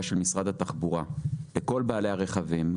של משרד התחבורה לכל בעלי הרכבים,